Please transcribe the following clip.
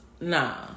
nah